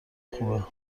خوبه